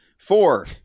Four